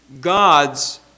God's